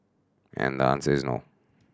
and the answer is no